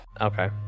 Okay